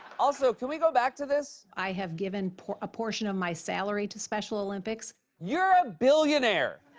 also, can we go back to this? i have given a portion of my salary to special olympics. you're a billionaire.